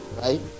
Right